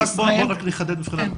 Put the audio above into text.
רק לחדד.